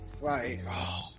Right